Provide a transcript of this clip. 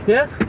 Yes